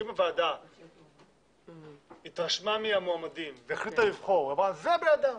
כי אם הוועדה התרשמה מהמועמדים והחליטה לבחור ואמרה: זה בידה,